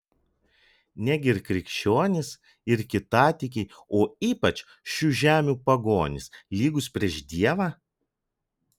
negi ir krikščionys ir kitatikiai o ypač šių žemių pagonys lygūs prieš dievą